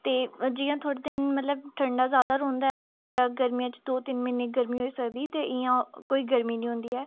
ते जियां थोह्ड़े दिन मतलब ठंडा ज्यादा रौंह्दा ऐ फिर गर्मियां च दो तिन म्हीने गर्मी होई सकदी ते इ'यां कोई गर्मी नी होंदी ऐ